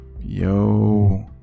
yo